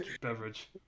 beverage